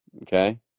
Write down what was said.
Okay